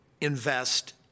invest